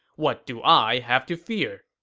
what do i have to fear!